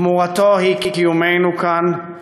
תמורתו היא קיומנו כאן,